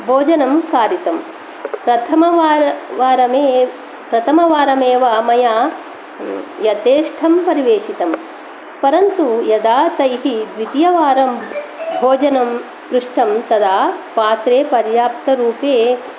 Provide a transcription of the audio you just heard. भोजनं कारितम् प्रथमवार वार मे प्रथमवारमेव मया यथेष्ठं परिवेशितम् परन्तु यदा तैः द्वितीयवारं भोजनं पृष्ठं तदा पात्रे पर्याप्तरूपे